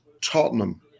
Tottenham